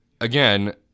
again